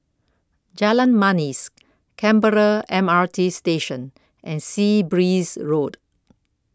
Jalan Manis Canberra M R T Station and Sea Breeze Road